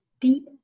deep